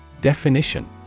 Definition